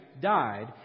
died